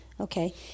Okay